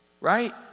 right